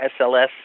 SLS